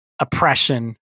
Oppression